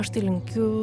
aš tai linkiu